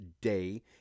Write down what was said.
day